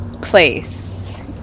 place